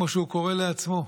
כמו שהוא קורא לעצמו?